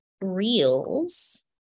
reels